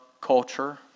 culture